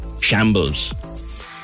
shambles